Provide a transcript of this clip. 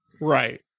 Right